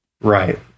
right